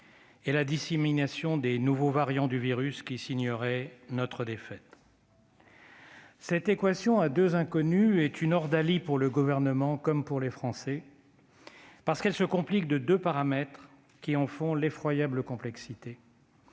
et la dissémination des nouveaux variants du virus qui signerait notre défaite. Cette équation à deux inconnues est une ordalie pour le Gouvernement comme pour les Français, parce qu'elle se complique de deux paramètres qui en font l'effroyable complexité.